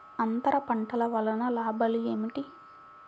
అంతర పంటల వలన లాభాలు ఏమిటి?